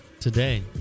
today